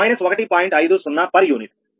50 per unit